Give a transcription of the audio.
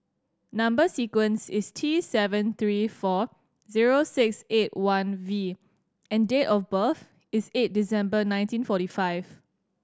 number sequence is T seven three four zero six eight one V and date of birth is eight December nineteen forty five